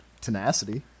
tenacity